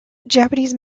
japanese